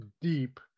deep